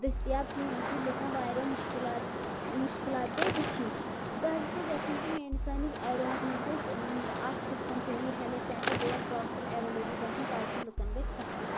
دٔستِیاب کینٛہہ ییٚمہِ سۭتۍ لُکَن واریاہ مُشکِلات مُشکِلات پیٚیہِ وٕچھِنۍ تہٕ بہٕ ہَسا چھَس یَژھان کہِ میٛٲنِس سٲنِس ایریاہَس منٛز گژھِ اَکھ ڈِسپَنسٔری ہیلٕتھ سنٹَر بیٚیہِ اَکھ ڈاکٹَر اویلیبٕل گژھُن تاکہِ لُکَن گَژھِ سَہَل